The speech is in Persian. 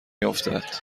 افتد